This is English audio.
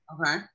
Okay